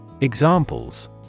Examples